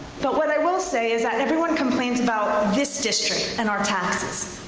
but what i will say is and everyone complains about this district and our taxes.